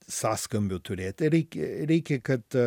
sąskambių turėt reik reikia kad